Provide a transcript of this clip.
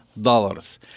dollars